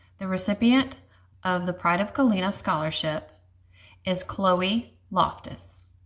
the recipient of the pride of galena scholarship is chloe loftus.